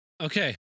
okay